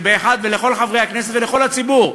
ולכל חברי הכנסת ולכל הציבור,